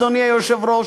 אדוני היושב-ראש.